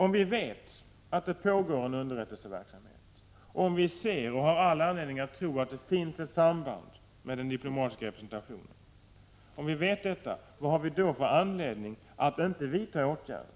Om vi vet att det pågår en underrättelseverksamhet, om vi ser och har all anledning att tro att det finns ett samband mellan denna och den diplomatiska representationen, vad har vi då för anledning att inte vidta åtgärder;